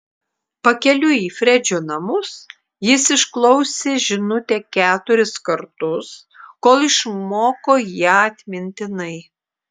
pakeliui į fredžio namus jis išklausė žinutę keturis kartus kol išmoko ją atmintinai